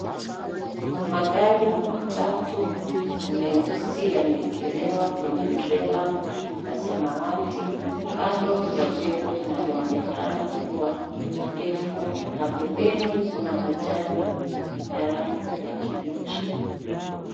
Magari matatu meusi yameekelewa kwenye trela la samawati kando ya jengo linaloonekana kuwa ndefu na pembeni kuna majani ya rangi ya kibichi.